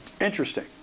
interesting